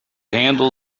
handle